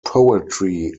poetry